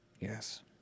Yes